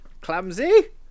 clumsy